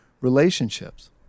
relationships